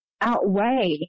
outweigh